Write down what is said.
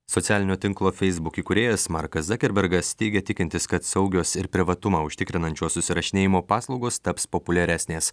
socialinio tinklo feisbuk įkūrėjas markas zakerbergas teigia tikintis kad saugios ir privatumą užtikrinančio susirašinėjimo paslaugos taps populiaresnės